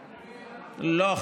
לא,